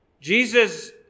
Jesus